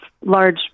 large